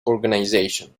organizations